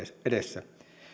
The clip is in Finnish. edessä